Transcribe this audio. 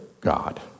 God